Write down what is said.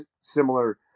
similar